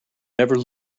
never